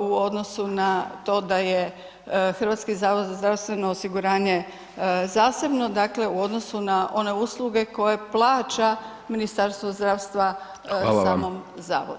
u odnosu na to da je HZZO zasebno, dakle u odnosu na one usluge koje plaća Ministarstvo zdravstva [[Upadica: Hvala vam.]] samom zavodu.